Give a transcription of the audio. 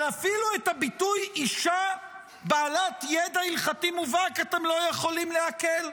אבל אפילו את הביטוי "אישה בעלת ידע הלכתי מובהק" אתם לא יכולים לעכל.